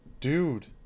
Dude